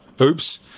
oops